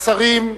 השרים,